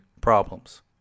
problems